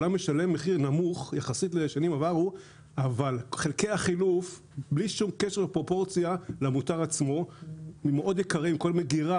אבל אין לו שום ידע לגבי המשמעות,